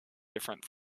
different